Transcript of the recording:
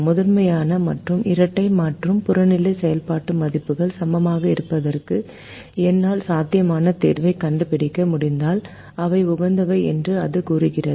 முதன்மையான மற்றும் இரட்டை மற்றும் புறநிலை செயல்பாட்டு மதிப்புகள் சமமாக இருப்பதற்கு என்னால் சாத்தியமான தீர்வைக் கண்டுபிடிக்க முடிந்தால் அவை உகந்தவை என்று அது கூறுகிறது